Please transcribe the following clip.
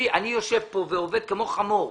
אני יושב כאן ועובד כמו חמור,